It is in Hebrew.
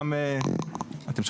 כפי